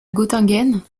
göttingen